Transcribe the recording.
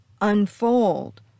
unfold